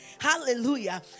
hallelujah